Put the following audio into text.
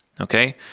okay